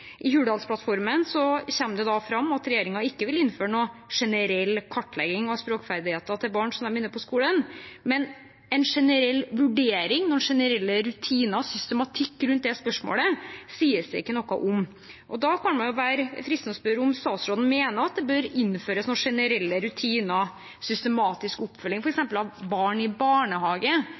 I Hurdalsplattformen kommer det fram at regjeringen ikke vil innføre noen generell kartlegging av språkferdighetene til barn før de begynner på skolen, men en generell vurdering, generelle rutiner og en systematikk rundt det spørsmålet sies det ikke noe om. Da kan det være fristende å spørre om statsråden mener at det bør innføres generelle rutiner eller en systematisk oppfølging av f.eks. barn i barnehage